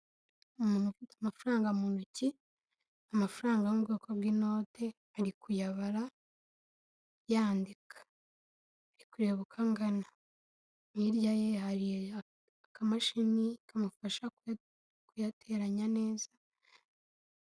Umuntu ufite amafaranga mu ntoki, amafaranga yo mu bwoko bw'inote, ari kuyabara yandika. ari kurerebaba uko angana. Hirya ye yari akamashini kamufasha kuyateranya neza.